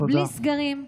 בלי סגרים,